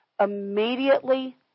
Immediately